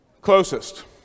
closest